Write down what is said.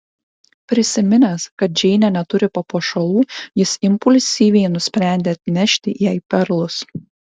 prisiminęs kad džeinė neturi papuošalų jis impulsyviai nusprendė atnešti jai perlus